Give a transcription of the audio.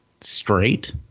straight